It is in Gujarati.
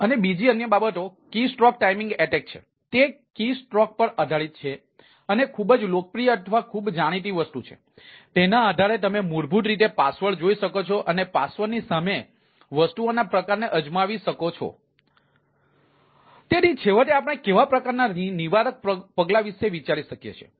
અને બીજી અન્ય બાબતો કીસ્ટ્રોક ટાઇમિંગ એટેક જોઈ શકો છો અને પાસવર્ડ ની સામે વસ્તુઓના પ્રકારને અજમાવી શકો છો તેથી છેવટે આપણે કેવા પ્રકારના નિવારક પગલાં વિશે વિચારી શકીએ છીએ